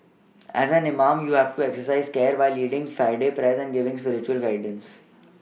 as an imam you have exercise care when leading Friday present giving spiritual guidance